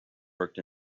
worked